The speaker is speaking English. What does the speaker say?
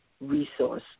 resource